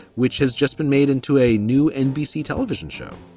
which has just been made into a new nbc television show.